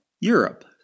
Europe